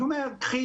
אני אומר קחי,